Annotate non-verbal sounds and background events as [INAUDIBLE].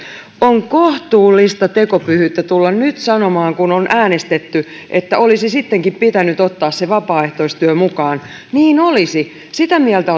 on kohtuullista tekopyhyyttä tulla nyt sanomaan kun on äänestetty että olisi sittenkin pitänyt ottaa se vapaaehtoistyö mukaan niin olisi sitä mieltä [UNINTELLIGIBLE]